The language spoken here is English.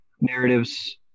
narratives